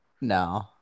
No